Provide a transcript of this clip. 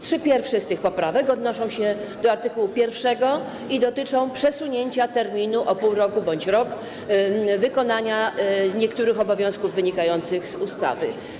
Trzy pierwsze z tych poprawek odnoszą się do art. 1 i dotyczą przesunięcia terminu - o pół roku bądź rok - wykonania niektórych obowiązków wynikających z ustawy.